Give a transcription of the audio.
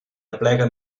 aplega